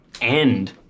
end